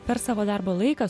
per savo darbo laiką